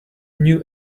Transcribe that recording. new